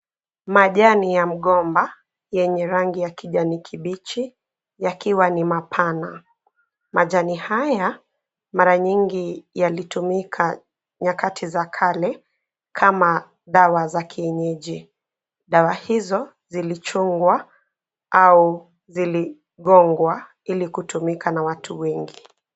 Majani ya mgomba, yenye rangi ya kijani kibichi, yakiwa ni mapana. Majani haya, mara nyingi yalitumika nyakati za kale, kama dawa za kienyeji. Dawa hizo zilizochungwa, au ziligongwa, ili kutumika na watu wengi.